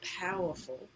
powerful